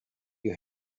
you